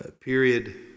period